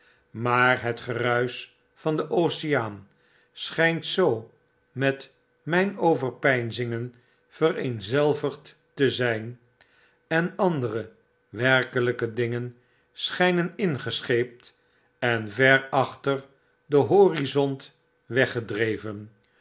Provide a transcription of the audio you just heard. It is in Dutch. maar het geruisch van den oceaan schijnt zoo met mp overpeinzingen vereenzelvigd te zyn en andere werkelpe dingen schgnen ingescheept en ver achter den horizont weggedreven